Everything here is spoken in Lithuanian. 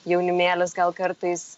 jaunimėlis gal kartais